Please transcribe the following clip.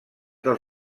dels